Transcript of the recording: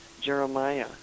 Jeremiah